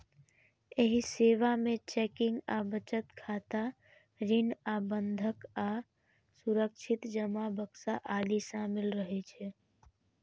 एहि सेवा मे चेकिंग आ बचत खाता, ऋण आ बंधक आ सुरक्षित जमा बक्सा आदि शामिल रहै छै